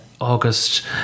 August